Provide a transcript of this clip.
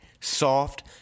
soft